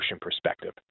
perspective